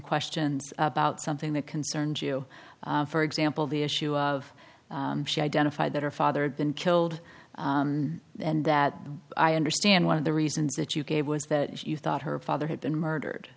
questions about something that concerns you for example the issue of she identified that her father had been killed and that i understand one of the reasons that you gave was that you thought her father had been murdered